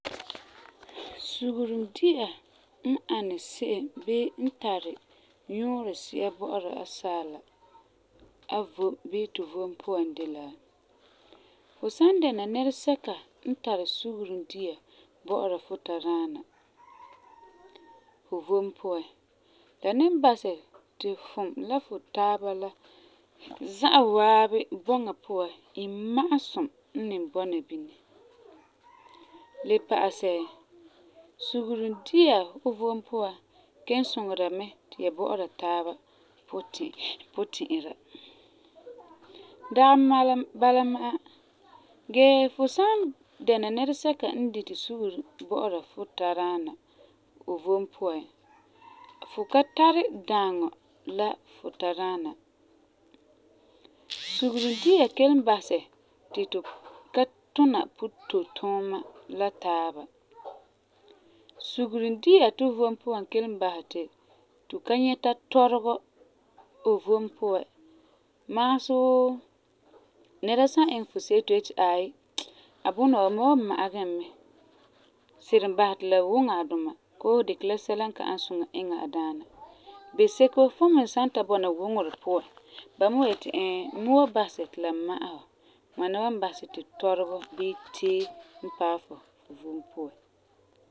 Sugeri dia n ani se'em bii n tari nyuurɔ si'a bɔ'ɔra asaala a vom bii tu vom puan de la: Fu san dɛna nɛresɛka n tari sugerum dia bɔ'ɔra fu tadaana fu vom puan, la ni basɛ ti fum la fu taaba la za'a waabi bɔŋa puan imma'asum n ni bɔna bini. Le pa'asɛ, sugerum dia fu vom puan kelum suŋera mɛ ti ya bɔ'ɔra taaba puti'irɛ. Dagi bala ma'a, gee fu san dɛna nɛresɛka n diti sugeri bɔ'ɔra fu tadaana fu vom puan, fu ka tari daaŋɔ la fu tadaana. Sugerum dia kelum basɛ ti tu ka tuna puto tuuma la taaba. Sugerum dia tu vom puan kelum basɛ ti tu ka nyɛta tɔregɔ tu vom puan. Magesɛ wuu nɛra san iŋɛ fu se'ere ti fu yeti aai a bunɔ wa mam wan ma'a gɛ e mɛ, sirum basɛ ti la wuŋɛ a duma koo fu dikɛ la sɛla n ka ani suŋa iŋɛ a daana, beseko fum me san ta bɔna wuŋerɛ puan ba me wan yeti ɛɛ n me wan basɛ ti la ma'ɛ fu. Ŋwana wan basɛ ti tɔregɔ bii teo n paɛ fu fu vom puan.